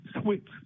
switch